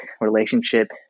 relationship